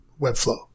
Webflow